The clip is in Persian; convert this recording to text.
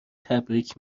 تبریک